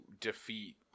defeat